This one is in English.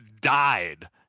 died